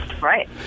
Right